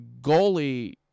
goalie